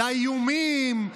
לאיומים,